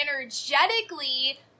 energetically